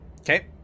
Okay